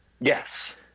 yes